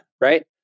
right